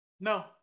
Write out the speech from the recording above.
No